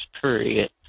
period